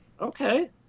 Okay